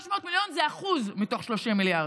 300 מיליון זה 1% מתוך 30 מיליארד.